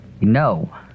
No